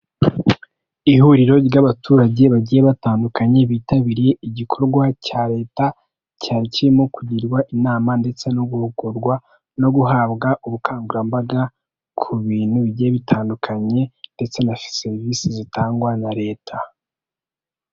Ihuriro ry'abaturage bagiye batandukanye bitabiriye igikorwa cya leta cyari kirimo kugirwa inama ndetse no guhugurwa no guhabwa ubukangurambaga ku bintu bigiye bitandukanye ndetse na serivisi zitangwa na leta.